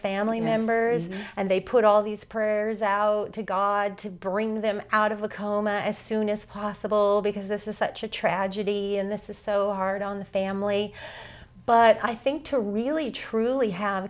family members and they put all these prayers out to god to bring them out of the coma as soon as possible because this is such a tragedy and this is so hard on the family but i think to really truly have